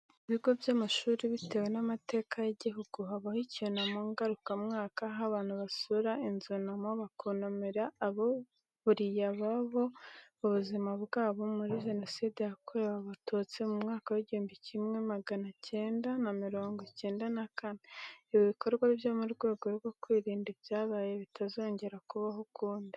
Ibigo by'amashuri bitewe n'amateka y'igihugu habaho icyunamo ngarukamwaka aho abantu basura inzunamo bakunamira ababuriye ubuzima bwabo muri jenoside yakorewe abatutsi mu mwaka w'igihumbi magana icyenda na mirongo cyenda na kane. Ibi bikorwa mu rwego rwo kwirinda ko ibyabaye bitazongera kubaho ukundi.